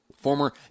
Former